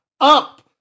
up